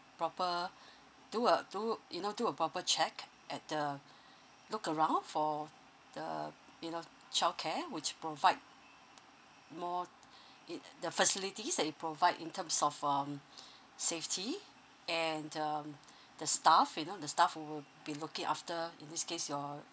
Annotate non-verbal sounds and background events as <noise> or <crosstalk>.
proper <breath> do a do you know do a proper check at the look around for the you know childcare which provide more <breath> in the facilities that it provide in terms of um <breath> safety and um <breath> the staff you know the staff who will be looking after in this case your um